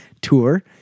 tour